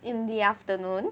in the afternoon